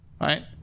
right